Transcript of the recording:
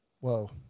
Whoa